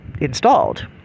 Installed